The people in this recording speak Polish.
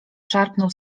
szarpnął